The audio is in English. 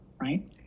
right